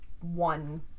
one